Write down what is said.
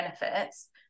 benefits